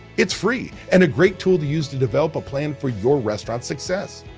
it's free and a great tool to use to develop a plan for your restaurant success.